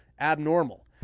Abnormal